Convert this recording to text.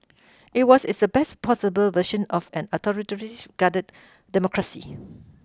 it was it's the best possible version of an authoritarians guided democracy